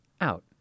out